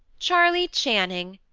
charley channing,